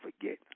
forget